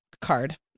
card